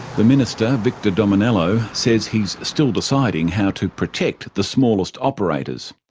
the minister, victor dominello, says he's still deciding how to protect the smallest operators.